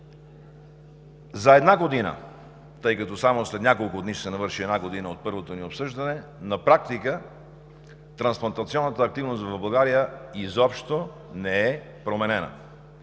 За една година, тъй като само след няколко дни ще се навърши една година от първото ни обсъждане, на практика трансплантационната активност в България изобщо не е променена.